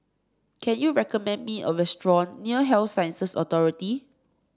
can you recommend me a restaurant near Health Sciences Authority